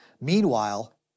Meanwhile